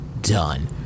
done